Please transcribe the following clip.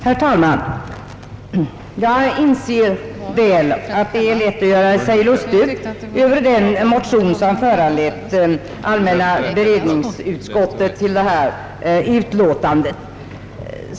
Herr talman! Jag inser att det är lätt att göra sig lustig över den motion som föranlett allmänna beredningsutskottet att avgiva föreliggande utlåtande.